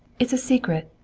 it's a secret,